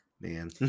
Man